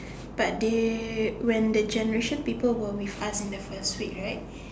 but they when the generation people were with us in the first week right